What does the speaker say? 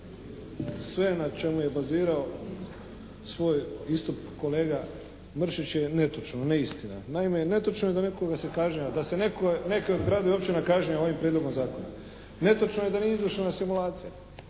sve na čemu je bazirao svoj istup kolega Mršić je netočno, neistina. Naime netočno je da nekome se kaže da su neki od gradova i općina kažnjava ovim prijedlogom zakona. Netočno je da nije izvršena simulacija.